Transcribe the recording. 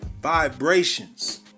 vibrations